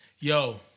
Yo